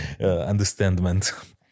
understandment